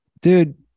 dude